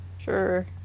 sure